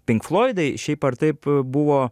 pink floridai šiaip ar taip buvo